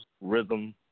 rhythm